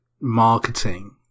marketing